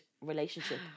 relationship